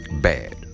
Bad